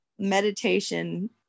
meditation